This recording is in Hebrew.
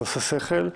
זה עושה שכל.